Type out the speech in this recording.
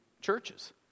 churches